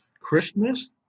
Christmas